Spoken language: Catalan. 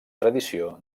tradició